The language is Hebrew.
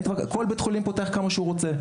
כל בית חולים פותח כמה שהוא רוצה.